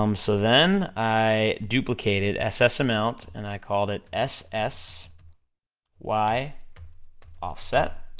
um so then, i duplicated ss amount, and i called it ss y offset,